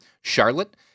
Charlotte